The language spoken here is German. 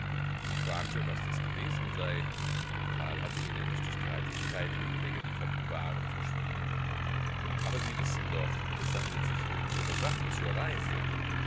sie fragte was das gewesen sei karl hatte ihr nämlich die streitigkeit wegen der gelieferten waren verschwiegen aber sie wissen doch es handelte sich um ihre sachen zur reise